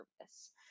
service